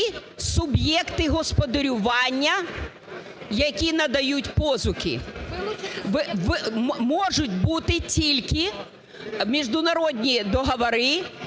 суб'єкти господарювання, які надають позики. Можуть бути тільки міжнародні договори,